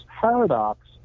paradox